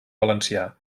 valencià